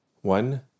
One